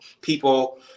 people